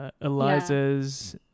Eliza's